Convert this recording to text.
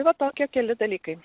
va tokie keli dalykai